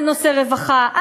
בנושא רווחה,